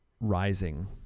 rising